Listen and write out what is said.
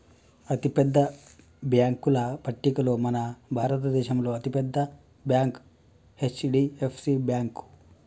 అతిపెద్ద బ్యేంకుల పట్టికలో మన భారతదేశంలో అతి పెద్ద బ్యాంక్ హెచ్.డి.ఎఫ్.సి బ్యేంకు